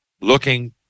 looking